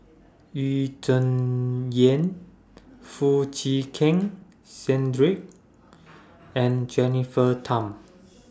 Yu Zhuye Foo Chee Keng Cedric and Jennifer Tham